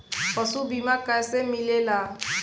पशु बीमा कैसे मिलेला?